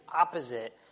opposite